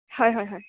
হয় হয় হয়